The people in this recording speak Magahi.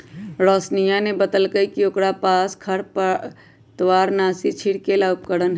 रोशिनीया ने बतल कई कि ओकरा पास खरपतवारनाशी छिड़के ला उपकरण हई